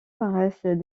paraissent